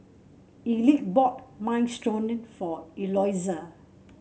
Elick bought Minestrone for Eloisa